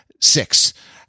six